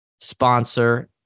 sponsor